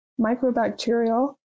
microbacterial